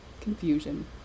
confusion